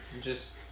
Just-